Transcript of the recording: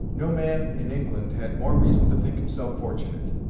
no man in england had more reason to think himself fortunate.